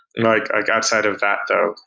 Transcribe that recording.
like outside of that though.